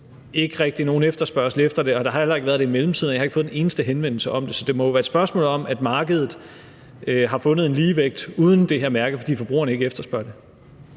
ikke rigtig nogen efterspørgsel efter det, og der har heller ikke været det i mellemtiden, og jeg har ikke fået en eneste henvendelse om det. Så det må jo være et spørgsmål om, at markedet har fundet en ligevægt uden det her mærke, fordi forbrugerne ikke efterspørger det.